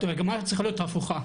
המגמה צריכה להיות הפוכה,